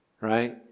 Right